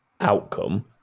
outcome